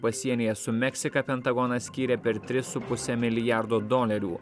pasienyje su meksika pentagonas skyrė per tris su puse milijardo dolerių